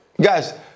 Guys